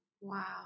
Wow